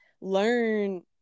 learn